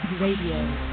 Radio